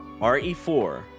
re4